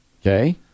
Okay